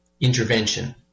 intervention